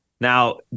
Now